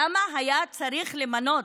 למה היה צריך למנות?